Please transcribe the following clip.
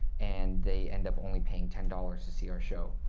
and they end up only paying ten dollars to see our show,